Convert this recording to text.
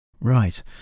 Right